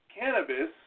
cannabis